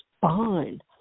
fine